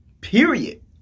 period